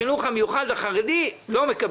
רק בחרדים.